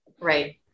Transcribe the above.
Right